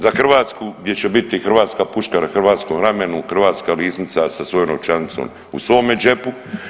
Za Hrvatsku gdje će biti hrvatska puška na hrvatskom ramenu, hrvatska lisnica sa svojom novčanicom u svome džepu.